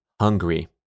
hungry